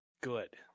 good